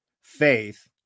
faith